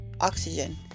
Oxygen